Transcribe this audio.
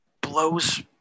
blows